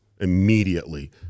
immediately